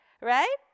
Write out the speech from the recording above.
Right